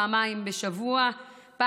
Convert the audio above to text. פעם בשבוע.